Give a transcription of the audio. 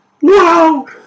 wow